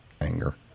anger